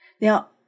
Now